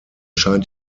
scheint